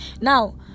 now